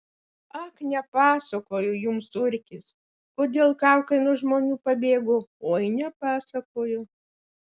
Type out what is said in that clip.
ak nepasakojo jums urkis kodėl kaukai nuo žmonių pabėgo oi nepasakojo